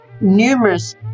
numerous